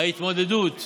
ההתמודדות